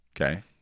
okay